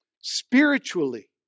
spiritually